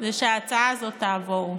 זה שההצעה הזאת תעבור.